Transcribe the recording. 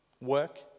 work